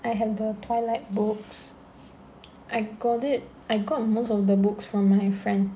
I had the twilight books I got it I got most of the books from my friend